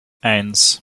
eins